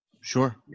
Sure